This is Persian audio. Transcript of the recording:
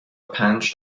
پنج